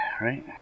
right